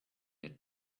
had